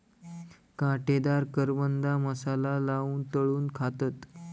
काटेदार करवंदा मसाला लाऊन तळून खातत